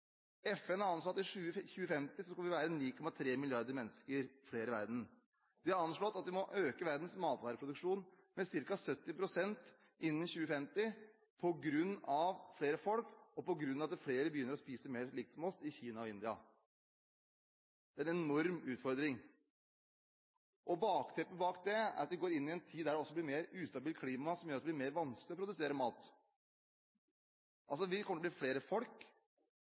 FN har anslått at det i 2050 skal være 9,3 milliarder mennesker i verden. Det er anslått at man må øke verdens matvareproduksjon med ca. 70 pst. innen 2050 på grunn av flere mennesker og på grunn av at flere begynner å spise mer som oss i Kina og i India. Det er en enorm utfordring. Bakteppet for dette er at vi går inn i en tid med mer ustabilt klima som gjør at det blir vanskeligere å produsere mat. Vi kommer til å bli flere